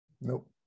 Nope